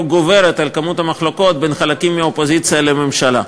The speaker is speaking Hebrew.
גוברת על כמות המחלוקות בין חלקים מהאופוזיציה לממשלה.